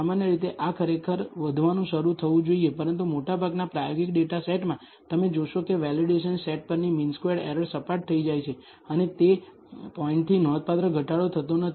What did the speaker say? સામાન્ય રીતે આ ખરેખર વધવાનું શરૂ થવું જોઈએ પરંતુ મોટાભાગના પ્રાયોગિક ડેટા સેટમાં તમે જોશો કે વેલિડેશન સેટ પરની મીન સ્ક્વેર્ડ એરર સપાટ થઈ જાય છે અને તે પોઇન્ટથી નોંધપાત્ર ઘટાડો થતો નથી